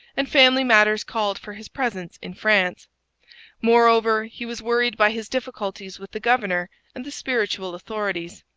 and family matters called for his presence in france moreover, he was worried by his difficulties with the governor and the spiritual authorities.